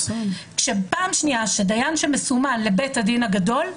הפעם שנייה שדיין שמסומן לבית הדין הגדול,